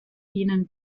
ihnen